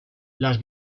las